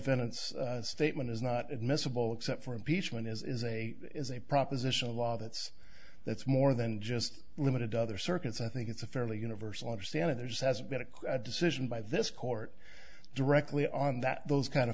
defendants statement is not admissible except for impeachment is a is a proposition a law that's that's more than just limited to other circuits i think it's a fairly universal understanding there just hasn't been a quick decision by this court directly on that those kind of